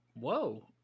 Whoa